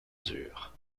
dur